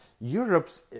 Europe's